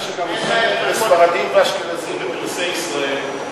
כיוון שיש גם שאילתה שעוסקת בספרדים ובאשכנזים בפרסי ישראל,